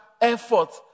effort